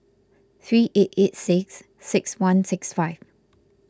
three eight eight six six one six five